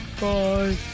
Bye